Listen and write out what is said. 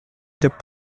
des